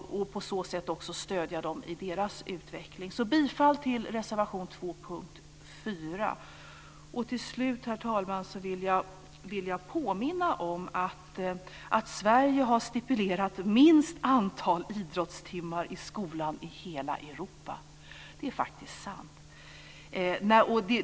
På så sätt kan vi också stödja dem i deras utveckling. Jag yrkar bifall till reservation 2 under punkt 4. Till sist, herr talman, vill jag påminna om att Sverige har stipulerat minst antal idrottstimmar i skolan i hela Europa. Det är faktiskt sant.